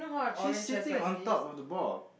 she's sitting on top of the ball